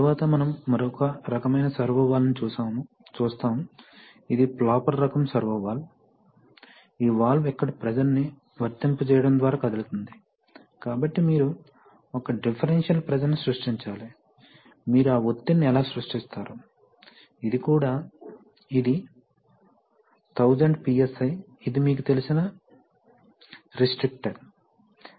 తరువాత మనం మరొక రకమైన సర్వో వాల్వ్ను చూస్తాము ఇది ఫ్లాపర్ రకం సర్వో వాల్వ్ ఈ వాల్వ్ ఇక్కడ ప్రెషర్ ని వర్తింపజేయడం ద్వారా కదులుతోంది కాబట్టి మీరు ఒక డిఫరెన్షియల్ ప్రెషర్ ని సృష్టించాలి మీరు ఆ ఒత్తిడిని ఎలా సృష్టిస్తారు ఇది కూడా ఇది 1000 PSI ఇది మీకు తెలిసిన రిస్ట్రీక్టర్